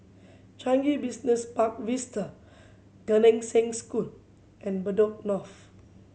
Changi Business Park Vista Gan Eng Seng School and Bedok North